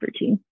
routine